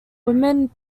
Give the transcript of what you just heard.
women